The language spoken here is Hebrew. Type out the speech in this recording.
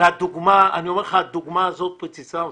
ואני אומר לך, הדוגמה הזאת פוצצה אותי.